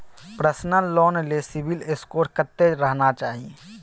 Personal loan ले CIBIL score कत्ते रहना चाही?